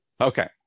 Okay